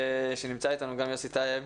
שנמצא איתנו גם יוסי טייב,